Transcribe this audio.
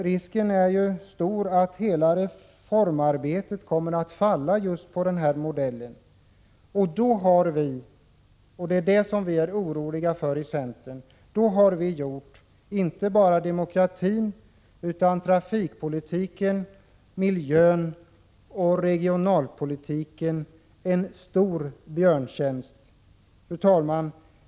Risken är stor att hela reformarbetet kommer att spolieras just på grund av den här modellen, och i så fall har vi — och det är det som vi i centern är oroliga för — gjort inte bara demokratin utan också trafikpolitiken, miljöoch regionalpolitiken en stor björntjänst. Fru talman!